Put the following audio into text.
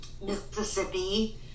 Mississippi